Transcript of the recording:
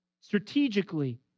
strategically